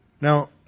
Now